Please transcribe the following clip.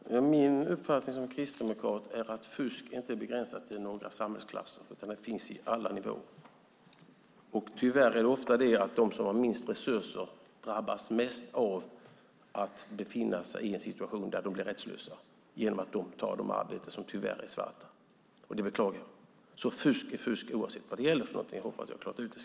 Fru talman! Min uppfattning som kristdemokrat är att fusk inte är begränsat till några samhällsklasser utan att det finns på alla nivåer. Tyvärr är det oftast de med minst resurser som drabbas mest av att befinna sig i en rättslös situation genom att de tyvärr tar de svarta arbetena. Det beklagar jag. Fusk är fusk - oavsett vad det gäller. Jag hoppas att jag har klarat ut det.